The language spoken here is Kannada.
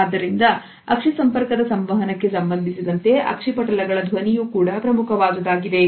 ಆದ್ದರಿಂದ ಅಕ್ಷಿ ಸಂಪರ್ಕದ ಸಂವಹನಕ್ಕೆ ಸಂಬಂಧಿಸಿದಂತೆ ಅಕ್ಷಿಪಟಲ ಗಳ ಧ್ವನಿಯೂ ಪ್ರಮುಖವಾದುದಾಗಿದೆ